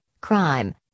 Crime